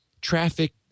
traffic